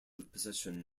possession